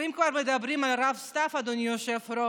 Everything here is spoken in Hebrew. ואם כבר מדברים על הרב סתיו, אדוני היושב-ראש,